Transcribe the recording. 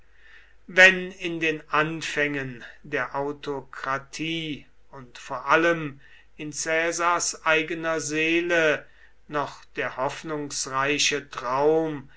wenn in den anfängen der autokratie und vor allem in caesars eigener seele noch der hoffnungsreiche traum